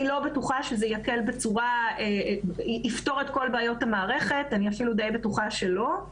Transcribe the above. אני לא בטוחה שזה יפתור את כל בעיות המערכת - אני אפילו די בטוחה שלא.